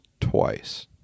twice